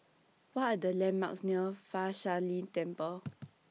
What Are The landmarks near Fa Shi Lin Temple